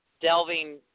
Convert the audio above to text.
delving